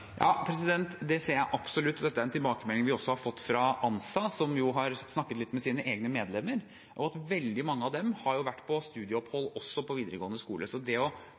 Det ser jeg absolutt. Dette er en tilbakemelding vi også har fått fra ANSA, som har snakket litt med sine egne medlemmer, og veldig mange av dem har vært på studieopphold også på videregående skole. Så det